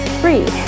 three